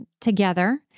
together